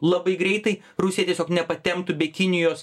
labai greitai rusija tiesiog nepatemptų be kinijos